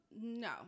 no